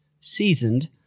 seasoned